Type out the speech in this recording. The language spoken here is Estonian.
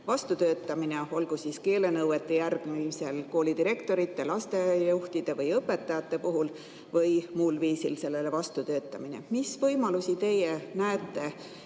vastutöötamine, olgu siis keelenõuete järgimisel koolidirektorite, lasteaiajuhtide või õpetajate puhul või muul viisil. Mis võimalusi teie näete